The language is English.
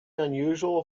unusual